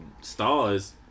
stars